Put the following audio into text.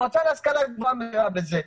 המועצה להשכלה גבוהה מכירה בזה,